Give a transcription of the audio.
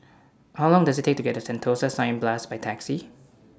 How Long Does IT Take to get to Sentosa Cineblast By Taxi